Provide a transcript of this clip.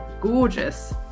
gorgeous